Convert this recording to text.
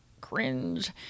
Cringe